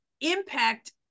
impact